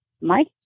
Mike